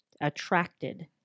attracted